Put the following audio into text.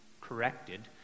corrected